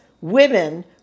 women